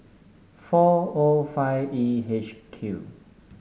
four O five E H Q